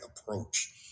approach